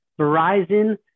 Verizon